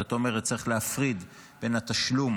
זאת אומרת, צריך להפריד בין התשלום